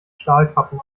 stahlkappen